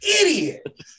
idiot